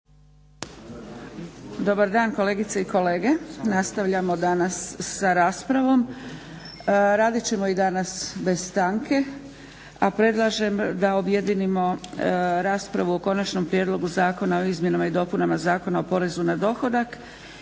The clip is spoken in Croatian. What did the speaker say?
Dobar dan kolegice i kolege. Nastavljamo danas sa raspravom. Radit ćemo i danas bez stanke, a predlažem da objedinimo raspravu o Konačnom prijedlogu zakona o izmjenama i dopunama Zakona o porezu na dohodak